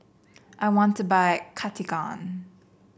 I want to buy Cartigain